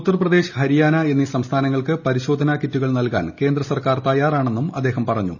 ഉത്തർപ്രദേശ് ഹരിയാന എന്നീ സംസ്ഥാനങ്ങൾക്ക് പരിശോധനാ കിറ്റുകൾ നൽകാൻ കേന്ദ്രസർക്കാർ തയ്യാറാണെന്നും അദ്ദേഹം പറഞ്ഞു